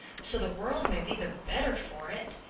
so the world may be the better for it,